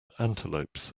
antelopes